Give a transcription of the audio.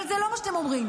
אבל זה לא מה שאתם אומרים.